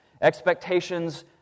Expectations